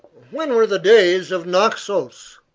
when were the days of naxos?